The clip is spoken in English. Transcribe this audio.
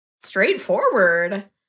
straightforward